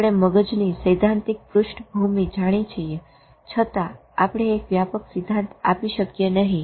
આપણે મગજની સૈદ્ધાંતિક પૃષ્ઠભૂમિ જાણી છીએ છતાં આપણે એક વ્યાપક સિદ્ધાંત આપી શકીએ નહી